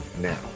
now